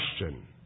question